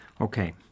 Okay